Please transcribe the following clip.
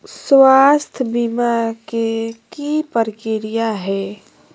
स्वास्थ बीमा के की प्रक्रिया है?